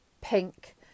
pink